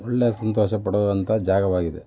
ಒಳ್ಳೆ ಸಂತೋಷ ಪಡುವಂಥ ಜಾಗವಾಗಿದೆ